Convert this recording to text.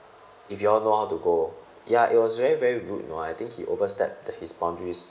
if you all know how to go ya it was very very rude you know I think he overstep his boundaries